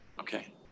Okay